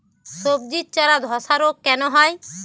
সবজির চারা ধ্বসা রোগ কেন হয়?